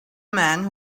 man